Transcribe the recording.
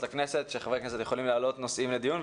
הכנסת שחברי כנסת יכולים להעלות נושאים לדיון.